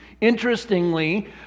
Interestingly